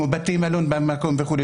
כמו בתי מלון במקום וכו',